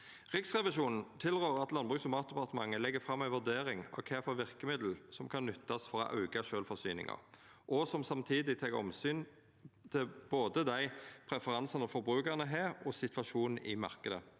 Riksrevisjonen tilrår at Landbruks- og matdepartementet legg fram ei vurdering av kva for verkemiddel som kan nyttast for å auka sjølvforsyninga, og som samtidig tek omsyn til både dei preferansane forbrukarane har, og situasjonen i marknaden.